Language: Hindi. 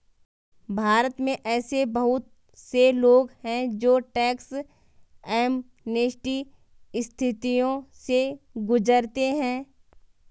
भारत में ऐसे बहुत से लोग हैं जो टैक्स एमनेस्टी स्थितियों से गुजरते हैं